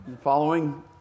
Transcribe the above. following